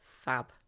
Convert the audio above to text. Fab